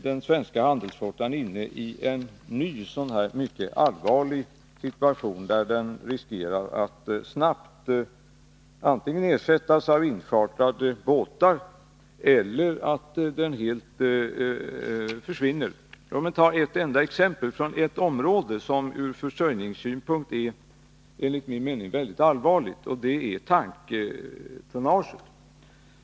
Den svenska handelsflottan är nu alltså inne i en ny, mycket allvarlig situation, där den riskerar att snabbt antingen ersättas av inchartrade båtar eller helt försvinna. Jag kan ta ett enda exempel från ett område som enligt min mening är mycket allvarligt från försörjningssynpunkt, och det gäller tanktonnaget.